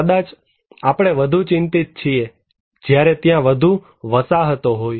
કદાચ આપણે વધુ ચિંતિત છીએ જ્યારે ત્યાં વધુ વસાહતો હોય